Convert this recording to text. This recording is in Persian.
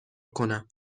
کنم